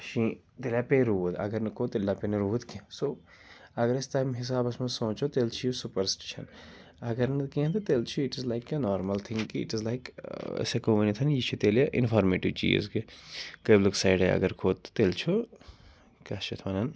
شیٖن تیٚلہِ ہہَ پیٚیہِ روٗد اگر نہٕ کھوٚت تیٚلہِ نہَ پے نہٕ روٗد کینٛہہ سو اگر أسۍ تَمہِ حِسابَس منٛز سونٛچو تیٚلہِ چھُ یہِ سُپَرَسٹِشَن اگر نہٕ کینٛہہ تہٕ تیٚلہِ چھُ اِٹ اِز لایِک کینٛہہ normal thing it is like أسۍ ہیٚکو ؤنِتھ یہِ چھِ تیٚلہِ اِنفارمیٹِو چیٖز کہِ قٲبلک سایڈَے اگر کھوٚت تہٕ تیٚلہِ چھُ کیٛاہ چھِ اَتھ وَنان